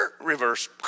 reverse